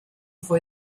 for